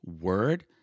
word